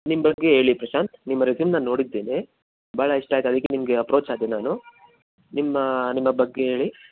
ನಿಮ್ಮ ಬಗ್ಗೆ ಹೇಳಿ ಪ್ರಶಾಂತ್ ನಿಮ್ಮ ರೆಸ್ಯೂಮ್ ನಾನು ನೋಡಿದ್ದೇನೆ ಭಾಳ ಇಷ್ಟ ಆಯ್ತು ಅದಕ್ಕೆ ನಿಮಗೆ ಅಪ್ರೋಚಾದೆ ನಾನು ನಿಮ್ಮ ನಿಮ್ಮ ಬಗ್ಗೆ ಹೇಳಿ